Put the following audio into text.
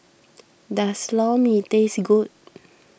does Lor Mee taste good